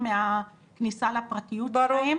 מהכניסה לפרטיות שלהם.